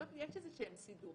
בסוף יש סידורים,